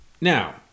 Now